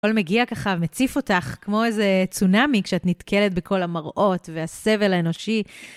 הכל מגיע ככה ומציף אותך כמו איזה צונמי כשאת נתקלת בכל המראות והסבל האנושי.